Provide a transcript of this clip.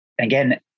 again